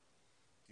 לא הכל מושלם גם שם,